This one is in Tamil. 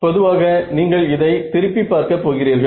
பொதுவாக நீங்கள் இதை திருப்பி பார்க்க போகிறீர்கள்